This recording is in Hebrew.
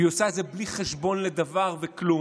והיא עושה את זה בלי חשבון לדבר וכלום.